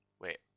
wait